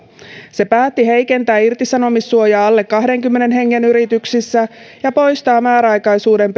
se päätti heikentää irtisanomissuojaa alle kahdenkymmenen hengen yrityksissä ja poistaa määräaikaisuuden